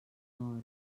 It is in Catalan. hora